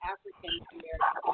African-American